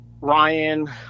ryan